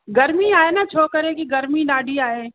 गर्मी आहे न छो करे की गर्मी ॾाढी आहे